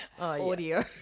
audio